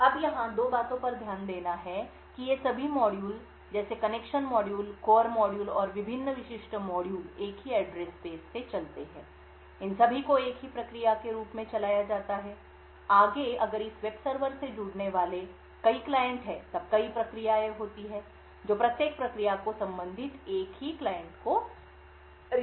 अब यहाँ दो बातों पर ध्यान देना है कि ये सभी मॉड्यूल जैसे कनेक्शन मॉड्यूल कोर मॉड्यूल और विभिन्न विशिष्ट मॉड्यूल एक ही एड्रेस स्पेस से चलते हैं इन सभी को एक ही प्रक्रिया के रूप में चलाया जाता है आगे अगर इस वेब सर्वर से जुड़ने वाले कई क्लाइंट है तब कई प्रक्रियाएं होती हैं जो प्रत्येक प्रक्रिया को संबंधित एक ही क्लाइंट को रिप्लाई करती हैं